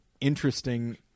interesting